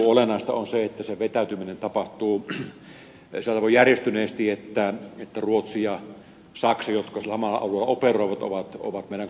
olennaista on se että vetäytyminen tapahtuu sanotaanko järjestyneesti että myös ruotsin ja saksan jotka samalla alueella operoivat ja ovat menneet